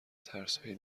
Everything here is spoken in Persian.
ترسهای